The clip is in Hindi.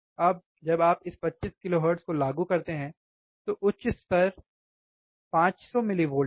अब जब आप इस 25 किलोहर्ट्ज़ को लागू करते हैं तो उच्च स्तर 500 मिलीवोल्ट है